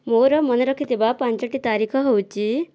ମୋର ମନେ ରଖିଥିବା ପାଞ୍ଚଟି ତାରିଖ ହେଉଛି